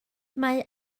mae